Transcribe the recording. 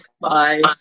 bye